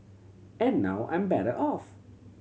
and now I'm better off